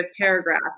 paragraph